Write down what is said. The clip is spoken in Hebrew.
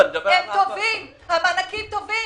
המענקים טובים,